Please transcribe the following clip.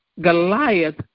Goliath